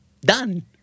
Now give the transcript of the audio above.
Done